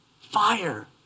Fire